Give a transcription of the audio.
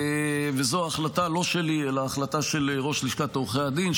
וזו החלטה לא שלי אלא החלטה של ראש לשכת עורכי הדין,